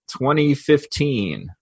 2015